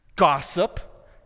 gossip